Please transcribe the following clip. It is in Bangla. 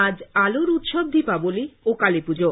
আজ আলোর উৎসব দীপাবলী ও কালীপুজো